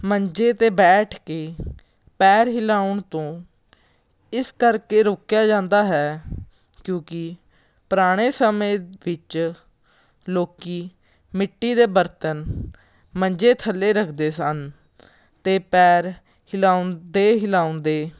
ਮੰਜੇ 'ਤੇ ਬੈਠ ਕੇ ਪੈਰ ਹਿਲਾਉਣ ਤੋਂ ਇਸ ਕਰਕੇ ਰੋਕਿਆ ਜਾਂਦਾ ਹੈ ਕਿਉਂਕਿ ਪੁਰਾਣੇ ਸਮੇਂ ਵਿੱਚ ਲੋਕ ਮਿੱਟੀ ਦੇ ਬਰਤਨ ਮੰਜੇ ਥੱਲੇ ਰੱਖਦੇ ਸਨ ਅਤੇ ਪੈਰ ਹਿਲਾਉਂਦੇ ਹਿਲਾਉਂਦੇ